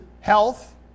health